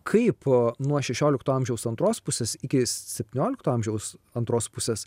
kaip nuo šešiolikto amžiaus antros pusės iki septyniolikto amžiaus antros pusės